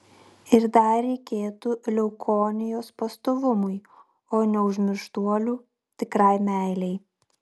ir dar reikėtų leukonijos pastovumui o neužmirštuolių tikrai meilei